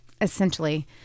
essentially